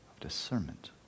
discernment